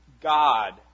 God